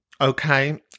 Okay